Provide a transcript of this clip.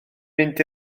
mynd